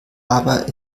aber